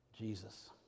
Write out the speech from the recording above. Jesus